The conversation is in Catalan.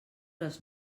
les